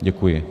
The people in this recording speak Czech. Děkuji.